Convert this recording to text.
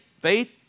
faith